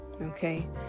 Okay